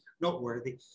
noteworthy